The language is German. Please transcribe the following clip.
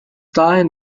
dahin